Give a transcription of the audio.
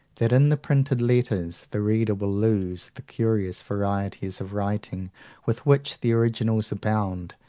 that in the printed letters the reader will lose the curious varieties of writing with which the originals abound,